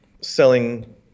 selling